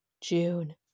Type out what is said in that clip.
June